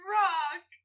rock